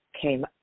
came